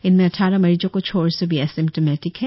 इनमें अट्रारह मरीजों को छोड़ सभी एसिम्टोमेटिक है